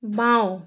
বাওঁ